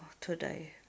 today